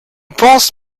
pense